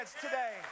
today